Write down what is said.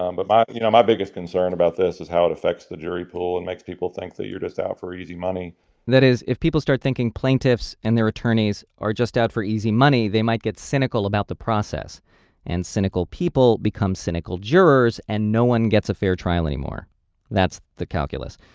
um but my you know my biggest concern about this is how it affects the jury pool and makes people think that you're just out for easy money that is if people start thinking plaintiffs and their attorneys are just out for easy money they might get cynical about the process and cynical people become cynical jurors and no one gets affair trial anymore that's the calculus.